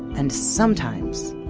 and sometimes,